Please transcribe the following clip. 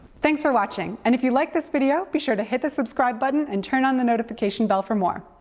thanks for watching, and if you liked this video, be sure to hit the subscribe button and turn on the notification bell for more.